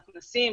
מתנ"סים,